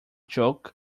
joke